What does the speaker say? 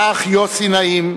האח יוסי נעים,